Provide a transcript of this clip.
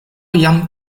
jam